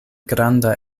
granda